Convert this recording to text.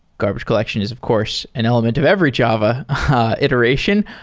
garbage collection is of course an element of every java iteration,